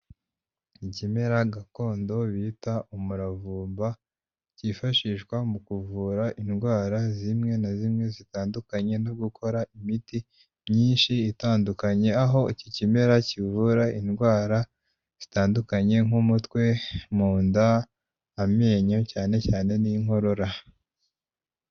Ikimera gakondo bita umuravumba, cyifashishwa mu kuvura indwara zimwe na zimwe zitandukanye no gukora imiti myinshi itandukanye, aho iki kimera kivura indwara zitandukanye nk'umutwe, munda, amenyo cyane cyane n'inkorora.